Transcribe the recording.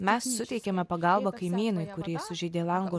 mes suteikėme pagalbą kaimynui kurį sužeidė lango